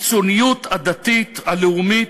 הקיצוניות הדתית הלאומית